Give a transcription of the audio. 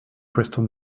crystal